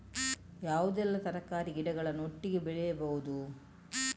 ಯಾವುದೆಲ್ಲ ತರಕಾರಿ ಗಿಡಗಳನ್ನು ಒಟ್ಟಿಗೆ ಬೆಳಿಬಹುದು?